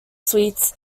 suites